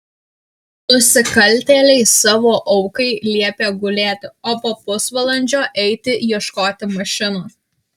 nusikaltėliai savo aukai liepė gulėti o po pusvalandžio eiti ieškoti mašinos